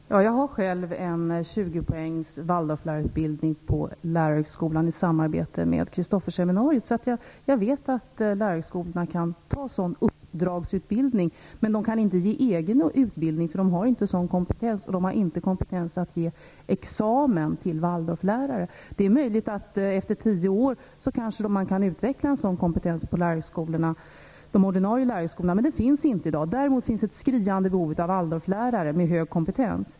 Fru talman! Jag har själv en 20 poängswaldorflärarutbildning från Lärarhögskolan i samarbete med Kristofferseminariet. Jag vet därför att lärarhögskolor kan ta sådan uppdragsutbildning. Men de kan inte ge egen utbildning, därför att de inte har en sådan kompetens. De har heller inte kompetens att ge waldorflärare examen. Det är möjligt att man kanske om tio år kan utveckla en sådan kompetens på de ordinarie lärarhögskolorna. Den möjligheten finns alltså inte i dag. Däremot finns det ett skriande behov av waldorflärare med hög kompetens.